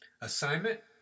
assignment